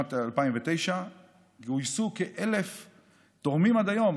בשנת 2009. גויסו כ-1,000 תורמים עד היום.